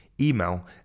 email